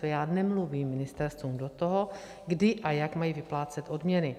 Já nemluvím ministerstvům do toho, kdy a jak mají vyplácet odměny.